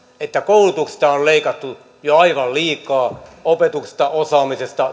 että koulutuksesta on leikattu jo aivan liikaa opetuksesta osaamisesta